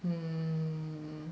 mm